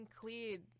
cleared